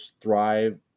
thrive